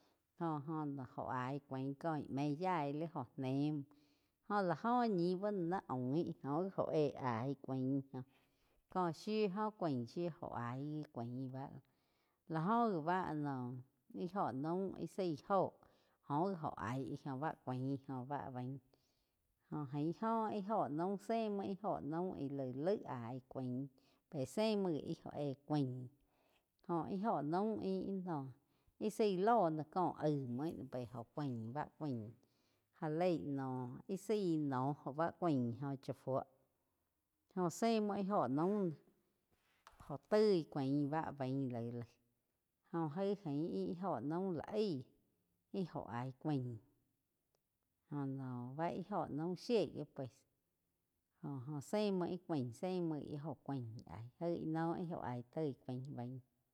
Jóh joh óh aíg cúain kó íh méin yaí li óh né múo jó la óh ñih bá no naí óin óh gi óh éh aíh cúain jo có shiu óh cuain shiu óh aí gi cáuin bá lá óh gi bá noh íh óh naun íh zaí óho óho gi óh ain áig jo bá cuain jóh bá baín jóh íh óh íh óho naum zé muo íh óho naum íh laig áih cuain pe. Zé múo gi íh óh éh cúain jo íh óh naum íh noh zaí lóh noh cóh aig muo ih no pe óh cuain bá cuain já lei noh íh zaí noh jó báh cúain óh cha fúo óh zé muó íh óho naum óh toig cuain bá bain laig, laig jó ain jaig ih óh naum lá aig íh óh aig cúian jo noh bá ih óho naum shíei jo-jo zé múo ih cuain zé muo íh óh cuain aig ih no íh oh aig toi cuain bain.